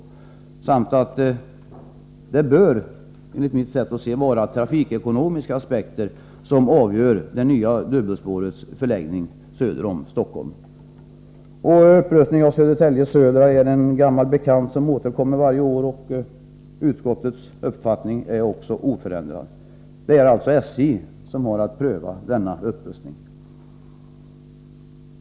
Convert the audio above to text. Enligt mitt sätt att se bör det vara trafikekonomiska aspekter som avgör det nya dubbelspårets förläggning söder om Stockholm. Upprustningen av Södertälje Södra är en gammal bekant som återkommer varje år. Utskottets uppfattning är också oförändrad. Det är alltså SJ som har att pröva denna upprustning.